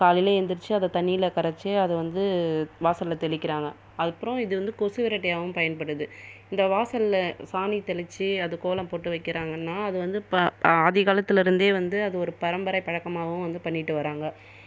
காலையில் எழுந்துருச்சு அதை தண்ணியில் கரைச்சு அது வந்து வாசலில் தெளிக்கிறாங்க அதுக்கப்புறம் இது வந்து கொசு விரட்டியாகவும் பயன்படுது இந்த வாசலில் சாணி தெளித்து அது கோலம் போட்டு வைக்கறாங்கனா அது வந்து ப ஆதி காலத்திலருந்தே வந்து அது ஒரு பரம்பரை பழக்கமாகவும் வந்து பண்ணிகிட்டு வராங்க